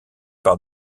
par